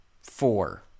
four